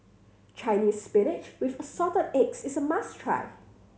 Chinese Spinach with Assorted Eggs is must try